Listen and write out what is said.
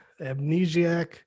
amnesiac